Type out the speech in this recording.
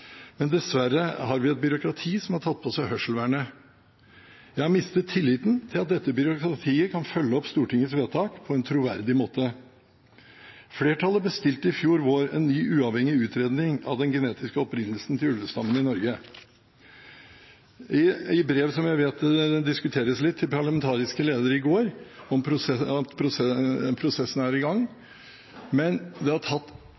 men dessverre har vi et byråkrati som har tatt på seg hørselvernet. Jeg har mistet tilliten til at dette byråkratiet kan følge opp Stortingets vedtak på en troverdig måte. Flertallet bestilte i fjor vår en ny uavhengig utredning av den genetiske opprinnelsen til ulvestammen i Norge. Jeg vet at et brev som kom i går kveld, ble diskutert litt blant parlamentariske ledere i går. Prosessen er i gang, men det har tatt